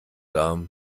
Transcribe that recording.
dar